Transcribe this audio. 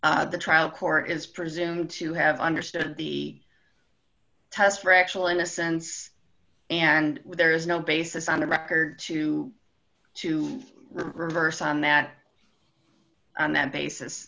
the trial court is presumed to have understood the test for actual innocence and there is no basis on the record to to reverse on that on that basis